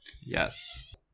yes